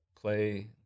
play